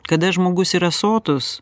kada žmogus yra sotus